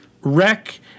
Wreck